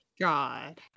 God